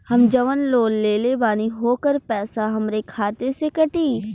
हम जवन लोन लेले बानी होकर पैसा हमरे खाते से कटी?